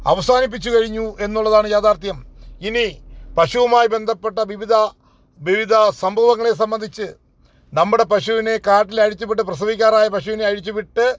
അവസാനിപ്പിച്ച് കഴിഞ്ഞു എന്നുള്ളതാണ് യാഥാർഥ്യം ഇനി പശുവുമായി ബന്ധപ്പെട്ട വിവിധ വിവിധ സംഭവങ്ങളെ സംബന്ധിച്ച് നമ്മുടെ പശുവിനെ കാട്ടിൽ അഴിച്ച് വിട്ട് പ്രസവിക്കാറായ പശുവിനെ അഴിച്ചുവിട്ട്